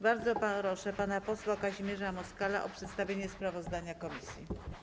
Bardzo proszę pana posła Kazimierza Moskala o przedstawienie sprawozdania komisji.